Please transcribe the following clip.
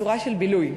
צורה של בילוי.